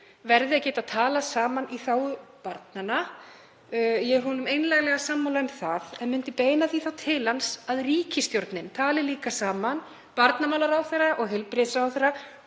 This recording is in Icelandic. verði að geta talað saman í þágu barnanna. Ég er honum einlæglega sammála um það en myndi beina því til hans að ríkisstjórnin tali líka saman, barnamálaráðherra og heilbrigðisráðherra,